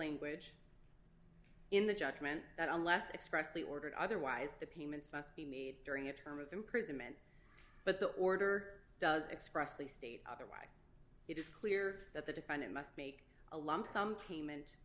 language in the judgment that unless expressly ordered otherwise the payments must be made during a term of imprisonment but the order does expressly state otherwise it is clear that the defendant must make a lump sum payment